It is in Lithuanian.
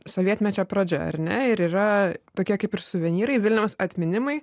sovietmečio pradžia ar ne ir yra tokie kaip ir suvenyrai vilniaus atminimai